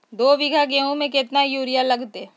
दो बीघा गेंहू में केतना यूरिया लगतै?